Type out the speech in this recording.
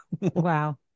Wow